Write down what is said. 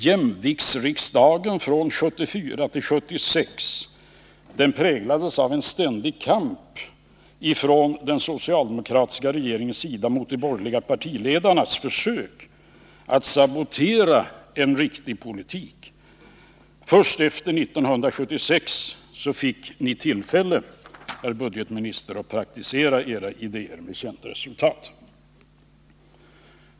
Jämviktsriksdagen från 1974 till 1976 präglades av en ständig kamp från den socialdemokratiska regeringens sida mot de borgerliga partiledarnas försök att sabotera en riktig politik. Först efter 1976 fick ni tillfälle, herr budgetminister, att praktisera era idéer, med känt resultat.